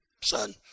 son